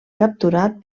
capturat